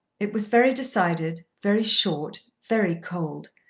it was very decided, very short, very cold,